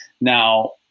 Now